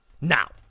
Now